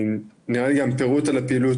לכן זה מאוד שונה בין תכנית לתכנית,